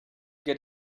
get